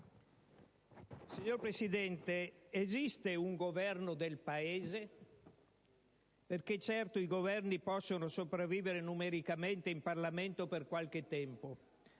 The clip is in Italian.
Signor Presidente, esiste un Governo del Paese? Certo, i Governi possono sopravvivere numericamente in Parlamento per qualche tempo,